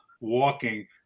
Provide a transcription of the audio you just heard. walking